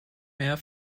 mehr